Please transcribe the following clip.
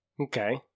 Okay